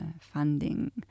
funding